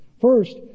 First